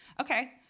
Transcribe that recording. Okay